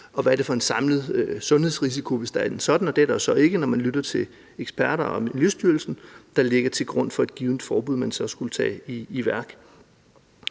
og hvad det er for en samlet sundhedsrisiko, hvis der er en sådan, og det er der jo så ikke, når man lytter til eksperter og Miljøstyrelsen, der ligger til grund for et givent forbud, man skulle sætte i værk.